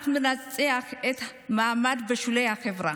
רק מנציח את המעמד בשולי החברה.